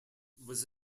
was